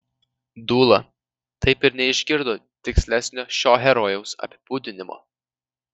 dūla taip ir neišgirdo tikslesnio šio herojaus apibūdinimo